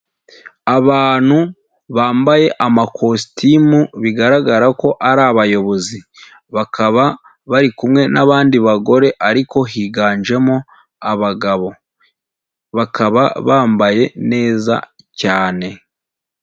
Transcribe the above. abantu bambaye amakositimu, bigaragara ko ari abayobozi, bakaba bari kumwe n'abandi bagore ariko higanjemo abagabo, bakaba bambaye neza cyane.